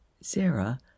Sarah